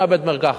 מבית-מרקחת.